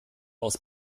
aus